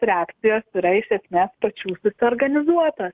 reakcijos yra iš esmės pačių susiorganizuotos